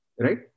Right